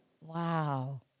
Wow